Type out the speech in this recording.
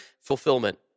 fulfillment